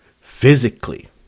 physically